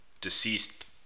deceased